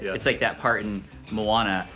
yeah it's like that part in moana,